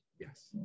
yes